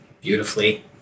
beautifully